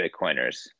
Bitcoiners